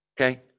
Okay